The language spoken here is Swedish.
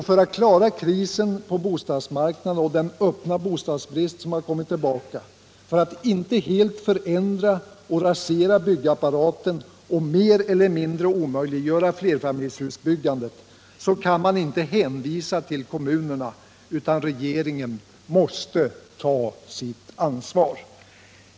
För att klara krisen på bostadsmarknaden och den öppna bostadsbrist som har kommit tillbaka, för att inte helt förändra och rasera byggapparaten och mer eller mindre omöjliggöra flerfamiljshusbyggandet, kan man inte hänvisa till kommunerna, utan regeringen måste ta sitt ansvar.